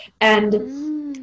And-